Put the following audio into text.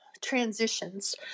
transitions